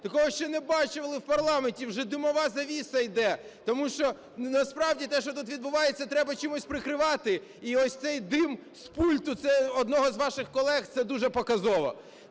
такого ще не бачили в парламенті. Вже димова завіса йде, тому що насправді те, що відбувається, треба чимось прикривати, і ось цей дим з пульту одного з ваших колег – це дуже показово.